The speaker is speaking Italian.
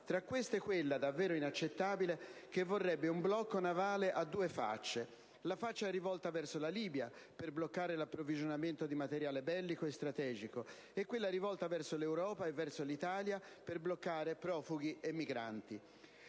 vi è quella davvero inaccettabile che vorrebbe un blocco navale a due facce: la faccia rivolta verso la Libia, per bloccare l'approvvigionamento di materiale bellico e strategico, e quella rivolta verso l'Europa e verso l'Italia, per bloccare profughi e migranti.